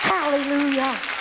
Hallelujah